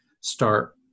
start